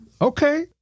Okay